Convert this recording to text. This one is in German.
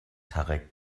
tarek